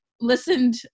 listened